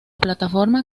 plataforma